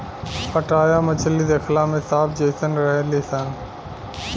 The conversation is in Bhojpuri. पाटया मछली देखला में सांप जेइसन रहेली सन